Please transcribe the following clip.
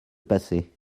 passer